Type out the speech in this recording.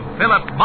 Philip